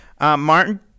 Martin